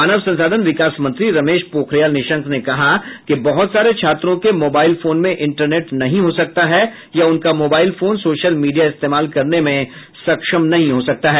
मानव संसाधन विकास मंत्री रमेश पोखरियाल निशंक ने कहा कि बहुत सारे छात्रों के मोबाइल फोन में इंटरनेट नहीं हो सकता है या उनका मोबाइल फोन सोशल मीडिया इस्तेमाल करने में सक्षम नहीं हो सकता है